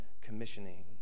commissioning